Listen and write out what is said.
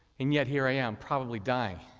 and yet here i am, probably dying.